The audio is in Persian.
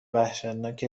وحشتناکی